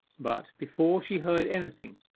but, before she heard anything,